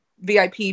VIP